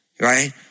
right